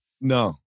no